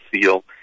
seal